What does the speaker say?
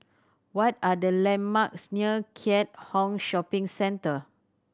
what are the landmarks near Keat Hong Shopping Centre